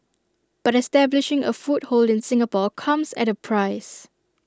but establishing A foothold in Singapore comes at A price